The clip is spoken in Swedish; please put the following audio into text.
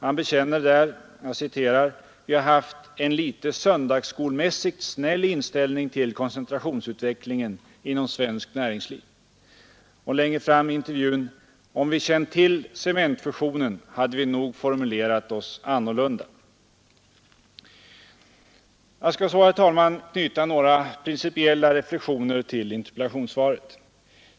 Han bekänner där: ”Vi har haft en lite söndagsskolmässigt snäll inställning till koncentrationsutvecklingen inom svenskt näringsliv.” Längre fram i intervjun: ”Om vi känt till cementfusionen hade vi nog formulerat oss annorlunda.” Jag skall så, herr talman, knyta några principiella reflexioner till interpellationssvaret.